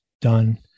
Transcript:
done